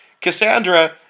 Cassandra